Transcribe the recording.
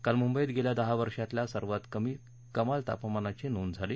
काल मुंबईत गेल्या दहा वर्षांमधल्या सर्वांत कमी कमाल तापमानाची नोंद झाली